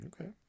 okay